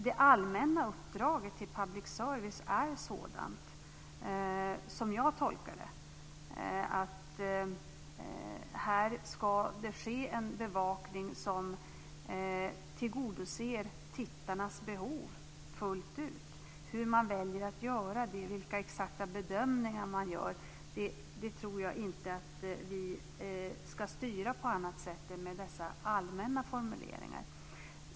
Det allmänna uppdraget till public service är, som jag tolkar det, att här ska det ske en bevakning som fullt ut tillgodoser tittarnas behov. Hur man väljer att göra det, vilka exakta bedömningar man gör, tror jag inte att vi ska styra på annat sätt än med dessa allmänna formuleringar.